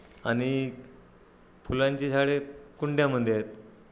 आणि फुलांची झाडे कुंड्यामध्ये आहेत